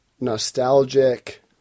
nostalgic